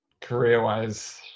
career-wise